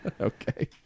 Okay